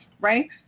right